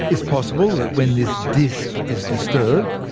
it's possible that when this disc is disturbed,